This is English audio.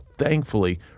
thankfully